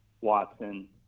Watson